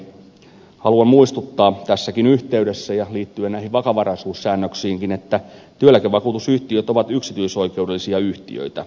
haluan muistuttaa tässäkin yhteydessä ja liittyen näihin vakavaraisuussäännöksiinkin että työeläkevakuutusyhtiöt ovat yksityisoikeudellisia yhtiöitä